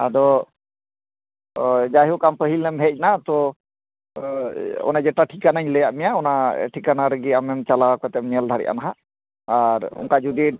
ᱟᱫᱚ ᱡᱟᱭᱦᱳᱠ ᱟᱢ ᱯᱟᱹᱦᱤᱞᱮᱢ ᱦᱮᱡ ᱱᱟ ᱛᱚ ᱚᱱᱮ ᱡᱮᱴᱟ ᱴᱷᱤᱠᱟᱱᱟᱧ ᱞᱟᱹᱭᱟᱫ ᱢᱮᱭᱟ ᱚᱱᱟ ᱴᱷᱤᱠᱟᱱᱟ ᱨᱮᱜᱮ ᱟᱢᱮᱢ ᱪᱟᱞᱟᱣ ᱠᱟᱛᱮᱢ ᱧᱮᱞ ᱫᱟᱲᱮᱜᱼᱟ ᱱᱟᱜ ᱟᱨ ᱚᱱᱠᱟ ᱡᱩᱫᱤ